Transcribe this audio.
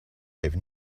have